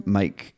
make